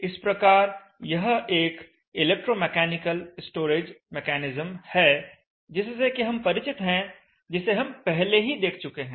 इस प्रकार यह एक इलेक्ट्रोमैकेनिकल स्टोरेज मेकैनिज्म है जिससे कि हम परिचित हैं जिसे हम पहले देख चुके हैं